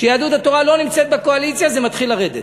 כשיהדות התורה לא נמצאת בקואליציה, זה מתחיל לרדת.